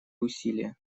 усилия